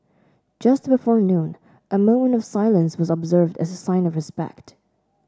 just before noon a moment of silence was observed as a sign of respect